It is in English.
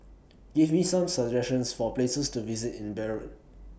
Give Me Some suggestions For Places to visit in Beirut